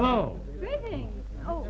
oh oh